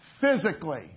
physically